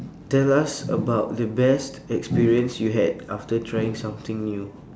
tell us about the best experience you had after trying something new